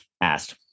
asked